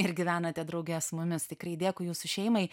ir gyvenate drauge su mumis tikrai dėkui jūsų šeimai